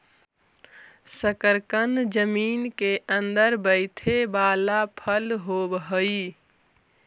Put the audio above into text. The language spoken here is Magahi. शकरकन जमीन केअंदर बईथे बला फल होब हई